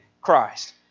Christ